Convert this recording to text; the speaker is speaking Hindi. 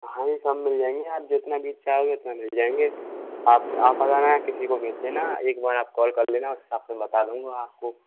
हाँ जी सब मिल जाएंगे आप जितना बीज चाहोगे उतना मिल जाएंगे आप आप जाना या किसी को भेज देना एक बार आप कॉल कर लेना उस हिसाब से मैं बता दूँगा आपको